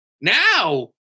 now